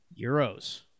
Euros